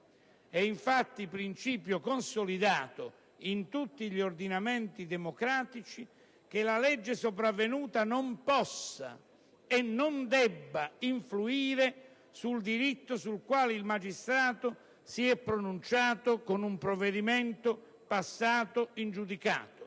È infatti principio consolidato in tutti gli ordinamenti democratici che la legge sopravvenuta non possa e non debba influire sul diritto sul quale il magistrato si è già pronunciato con un provvedimento passato in giudicato: